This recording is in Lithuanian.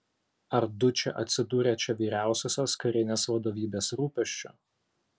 ar dučė atsidūrė čia vyriausiosios karinės vadovybės rūpesčiu